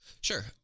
Sure